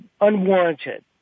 unwarranted